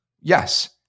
Yes